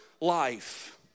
life